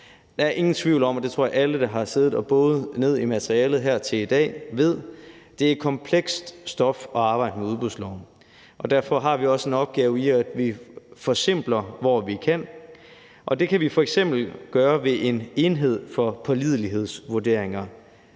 Der er ingen tvivl om – det tror jeg alle der har siddet og boret ned i materialet her til i dag ved – at det er komplekst stof at arbejde med udbudsloven. Derfor har vi også en opgave i, at vi forsimpler, hvor vi kan. Det kan vi f.eks. gøre ved en enhed for pålidelighedsvurderinger,